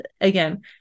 again